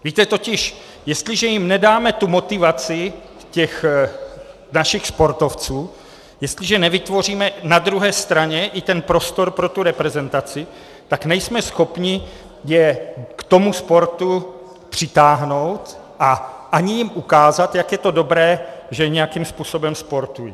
Víte, totiž jestliže jim nedáme tu motivaci těch našich sportovců, jestliže nevytvoříme na druhé straně i ten prostor pro reprezentaci, tak nejsme schopni je k tomu sportu přitáhnout a ani jim ukázat, jak je to dobré, že nějakým způsobem sportují.